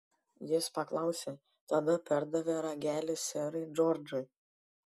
jis paklausė tada perdavė ragelį serui džordžui